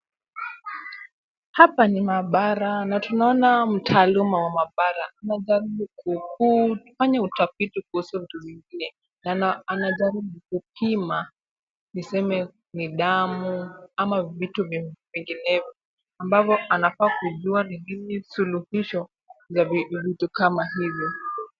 Hapa ni maabara na tunaona mtaaluma wa maabara, anajaribu kufanya utafiti kuhusu vitu zingine. Anajaribu kupima niseme ni damu ama vitu vinginevyo ambavyo anafaa kujua ni nini suluhisho ya vijidudu kama hivyo.